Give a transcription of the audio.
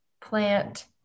plant